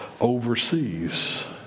overseas